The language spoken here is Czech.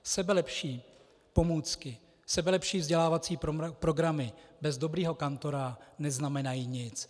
Sebelepší pomůcky, sebelepší vzdělávací programy bez dobrého kantora neznamenají nic.